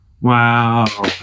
wow